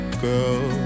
girl